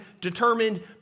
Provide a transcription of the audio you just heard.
determined